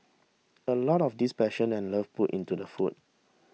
a lot of this passion and love put into the food